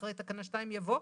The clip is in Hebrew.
אחרי תקנה 2 יבוא: